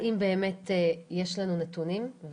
האם באמת יש לנו נתונים?